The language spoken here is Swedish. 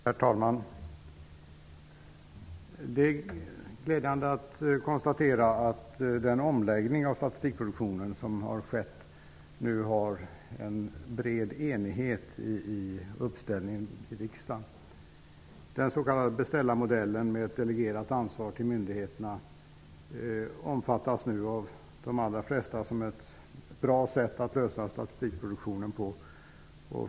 Herr talman! Det är glädjande att konstatera att den omläggning av statistikproduktionen som har skett nu har en bred enighet i uppställningen i riksdagen. Den s.k. beställarmodellen med delegerat ansvar till myndigheterna omfattas nu av de allra flesta som ett bra sätt att sköta statistikproduktionen på.